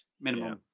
minimum